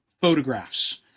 photographs